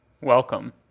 Welcome